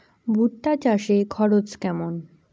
ভুট্টা চাষে খরচ কেমন?